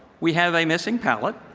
we have a missing pallet.